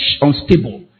unstable